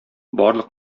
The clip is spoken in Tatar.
барлык